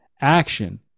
action